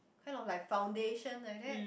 kind of like foundation like that